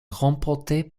remporté